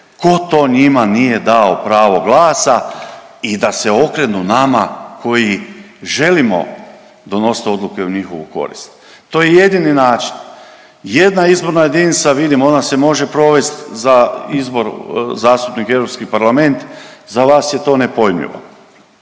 tko to njima nije dao pravo glasa i da se okrenu nama koji želimo donositi odluke u njihovu korist. To je jedini način, jedna izborna jedinica, vidim, ona se može provesti za izbor zastupnika u EU parlament, za vas je to nepojmljivo.